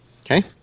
Okay